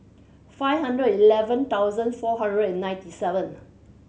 five hundred eleven thousand four hundred and ninety seven